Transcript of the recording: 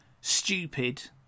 stupid